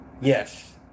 Yes